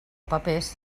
papers